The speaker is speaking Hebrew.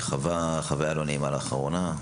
שחווה חוויה לא נעימה לאחרונה,